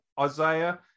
Isaiah